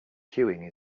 queuing